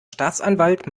staatsanwalt